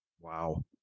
Wow